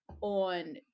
on